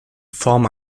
form